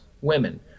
women